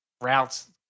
routes